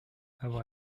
have